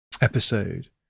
episode